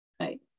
right